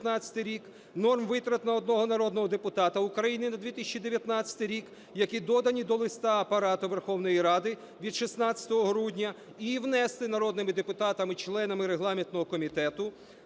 норм витрат на одного народного депутата України на 2019, які додані до листа Апарату Верховної Ради від 16 грудня, і внести народними депутатами членами регламентного комітету